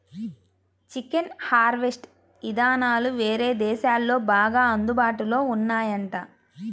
chicken harvest ఇదానాలు వేరే దేశాల్లో బాగా అందుబాటులో ఉన్నాయంట